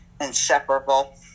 Inseparable